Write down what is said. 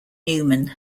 newman